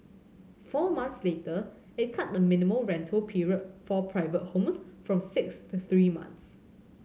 four months later it cut the minimum rental period for private homes from six to three months